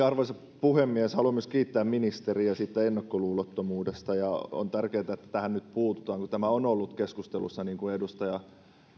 arvoisa puhemies haluan myös kiittää ministeriä ennakkoluulottomuudesta on tärkeää että tähän nyt puututaan tämä on ollut keskusteluissa niin kuin edustaja